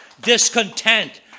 discontent